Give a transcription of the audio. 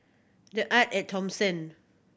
The Arte At Thomson